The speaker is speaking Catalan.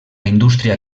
indústria